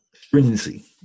Stringency